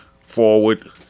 forward